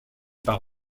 par